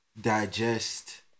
digest